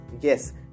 yes